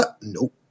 nope